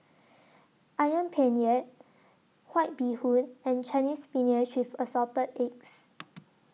Ayam Penyet White Bee Hoon and Chinese Spinach with Assorted Eggs